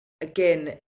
again